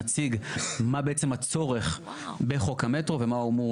נציג מה הצורך בחוק המטרו ומה הוא אמור